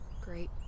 great